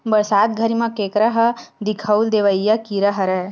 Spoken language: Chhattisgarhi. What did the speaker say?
बरसात घरी म केंकरा ह दिखउल देवइया कीरा हरय